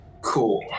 Cool